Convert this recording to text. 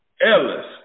Ellis